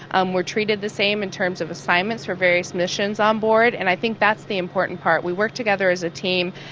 um we're treated the same in terms of assignments for various missions on board. and i think that's the important part. we work together as a team.